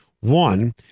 One